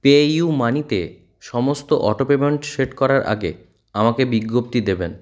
পেইউমানিতে সমস্ত autopayment set করার আগে আমাকে বিজ্ঞপ্তি দেবেন